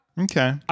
Okay